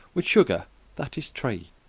with sugar that is trie.